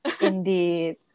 Indeed